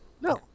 No